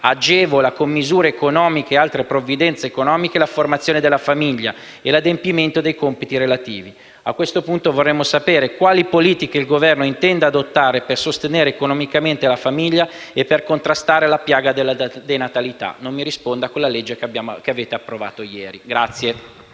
agevola con misure economiche e altre provvidenze la formazione della famiglia e l'adempimento dei compiti relativi (...)». A questo punto, vorremmo sapere quali politiche il Governo intende adottare per sostenere economicamente la famiglia e contrastare la piaga della denatalità. Non mi risponda ricordando la legge che avete approvato ieri.